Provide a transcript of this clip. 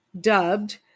dubbed